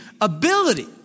ability